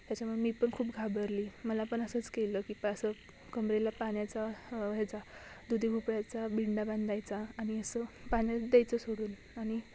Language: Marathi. त्याच्यामुळे मी पण खूप घाबरली मला पण असंच केलं की पं कमरेला पाण्याचा ह्याचा दुधी भोपळ्याचा बिंडा बांधायचा आणि असं पाण्यात द्यायचं सोडून आणि